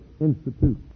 institute